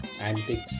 Antics